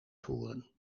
voeren